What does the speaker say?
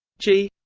g